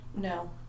no